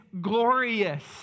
glorious